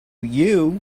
you